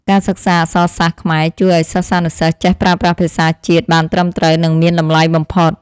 ការសិក្សាអក្សរសាស្ត្រខ្មែរជួយឱ្យសិស្សានុសិស្សចេះប្រើប្រាស់ភាសាជាតិបានត្រឹមត្រូវនិងមានតម្លៃបំផុត។